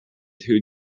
too